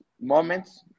Moments